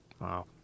Wow